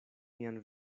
mian